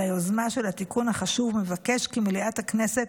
היוזמה של התיקון החשוב ומבקש כי מליאת הכנסת